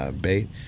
bait